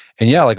and yeah, like